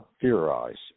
theorize